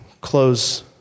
close